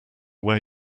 where